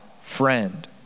friend